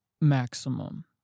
maximum